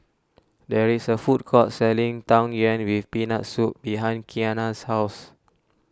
there is a food court selling Tang Yuen with Peanut Soup behind Qiana's house